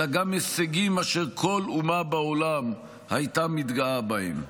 אלא גם הישגים אשר כל אומה בעולם הייתה מתגאה בהם.